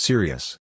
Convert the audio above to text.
Serious